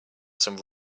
some